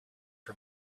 for